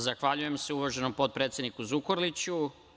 Zahvaljujem se uvaženom potpredsedniku Zukorliću.